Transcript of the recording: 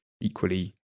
equally